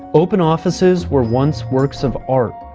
open offices were once works of art.